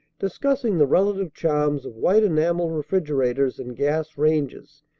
discussing the relative charms of white-enamel refrigerators and gas-ranges,